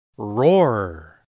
Roar